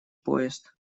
поезд